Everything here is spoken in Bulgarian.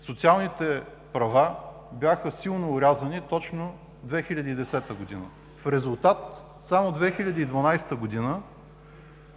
социалните права бяха силно орязани точно 2010 г., а в резултат само през 2012 г.